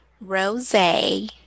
rose